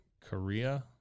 Korea